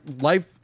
life